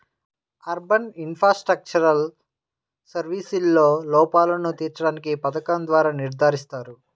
urban infrastructural సర్వీసెస్లో లోపాలను తీర్చడానికి పథకం ద్వారా నిర్ధారిస్తారు